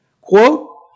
quote